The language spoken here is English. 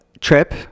trip